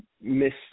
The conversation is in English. miss